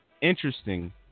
interesting